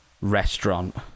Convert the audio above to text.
restaurant